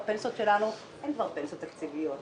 אין כבר פנסיות תקציביות,